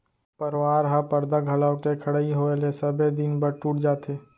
परवार ह परदा घलौ के खड़इ होय ले सबे दिन बर टूट जाथे